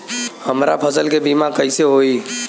हमरा फसल के बीमा कैसे होई?